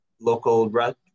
local